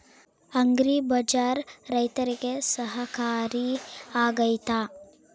Agri bazaar ರೈತರಿಗೆ ಸಹಕಾರಿ ಆಗ್ತೈತಾ?